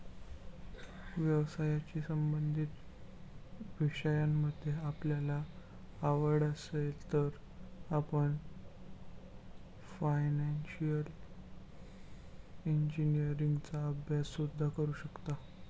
व्यवसायाशी संबंधित विषयांमध्ये आपल्याला आवड असेल तर आपण फायनान्शिअल इंजिनीअरिंगचा अभ्यास सुद्धा करू शकता